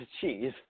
cheese